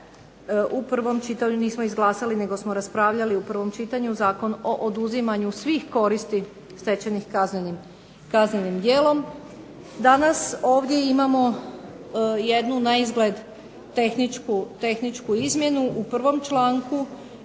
u prvom čitanju, nismo izglasali nego smo raspravljali u prvom čitanju Zakon o oduzimanju svih koristi stečenih kaznenim djelom. Danas ovdje imamo jednu naizgled tehničku izmjenu u 1. članku